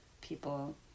people